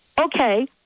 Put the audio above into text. okay